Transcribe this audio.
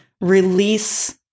release